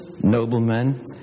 noblemen